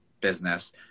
business